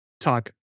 talk